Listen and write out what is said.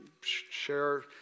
share